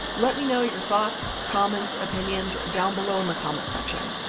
let me know your thoughts, comments, opinions, down below in the comment section.